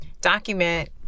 document